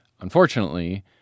Unfortunately